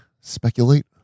Speculate